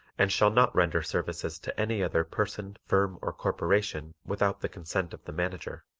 and shall not render services to any other person, firm or corporation without the consent of the manager.